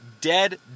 dead